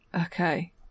okay